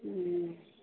ம் ம்